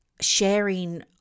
sharing